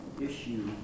issue